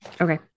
Okay